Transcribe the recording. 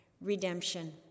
redemption